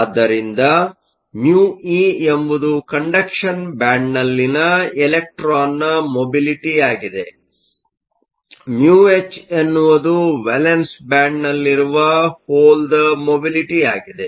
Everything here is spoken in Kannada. ಆದ್ದರಿಂದ ಮ್ಯೂಇμe ಎಂಬುದು ಕಂಡಕ್ಷನ್ ಬ್ಯಾಂಡ್ ನಲ್ಲಿನ ಎಲೆಕ್ಟ್ರಾನ್ನ ಮೊಬಿಲಿಟಿಯಾಗಿದೆ ಮ್ಯೂಹೆಚ್μh ಎನ್ನುವುದು ವೇಲೆನ್ಸ್ ಬ್ಯಾಂಡ್ನಲ್ಲಿರುವ ಹೋಲ್ದ ಮೊಬಿಲಿಟಿಯಾಗಿದೆ